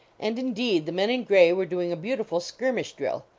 and indeed the men in gray were doing a beautiful skirmish drill.